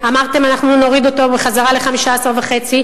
אמרתם: אנחנו נוריד אותו בחזרה ל-15.5%.